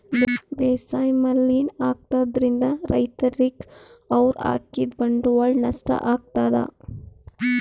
ಬೇಸಾಯ್ ಮಲಿನ್ ಆಗ್ತದ್ರಿನ್ದ್ ರೈತರಿಗ್ ಅವ್ರ್ ಹಾಕಿದ್ ಬಂಡವಾಳ್ ನಷ್ಟ್ ಆಗ್ತದಾ